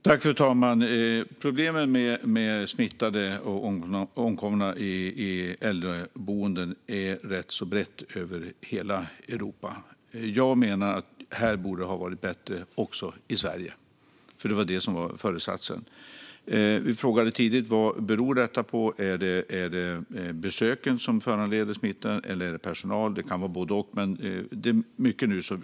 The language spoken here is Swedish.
Fru talman! Problemet med smittade och omkomna på äldreboenden är ganska brett över hela Europa. Jag menar att det borde ha gått bättre i Sverige. Det var nämligen föresatsen. Vi frågade tidigt: Vad beror det på? Är det besöken som föranleder smittan, eller är det personalen? Det kan vara både och.